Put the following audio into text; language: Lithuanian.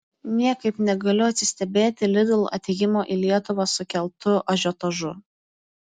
niekaip negaliu atsistebėti lidl atėjimo į lietuvą sukeltu ažiotažu